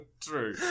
True